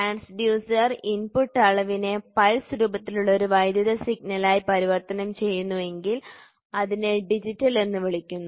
transducer input അളവിനെ pulse രൂപത്തിലുള്ള ഒരു വൈദ്യുത സിഗ്നലായി പരിവർത്തനം ചെയ്യുന്നുവെങ്കിൽ അതിനെ ഡിജിറ്റൽ എന്ന് വിളിക്കുന്നു